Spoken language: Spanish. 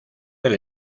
del